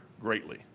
greatly